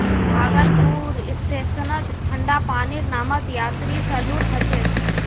भागलपुर स्टेशनत ठंडा पानीर नामत यात्रि स लूट ह छेक